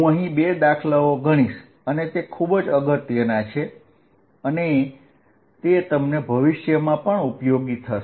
હું અહીં બે દાખલાઓ ગણીશ અને તે ખૂબ જ અગત્યના છે અને તે તમને ભવિષ્યમાં પણ ઉપયોગી થશે